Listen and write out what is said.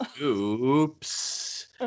Oops